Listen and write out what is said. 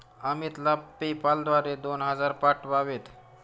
अमितला पेपाल द्वारे दोन हजार पाठवावेत